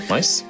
Nice